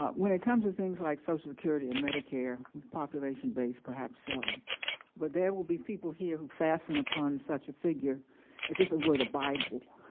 um when it comes to things like social security and medicare population-based, perhaps, so but there will be people here who fasten upon such a figure as if it were the bible,